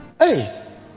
Hey